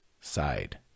side